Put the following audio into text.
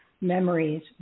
memories